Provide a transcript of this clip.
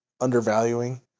undervaluing